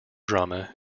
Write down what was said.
drama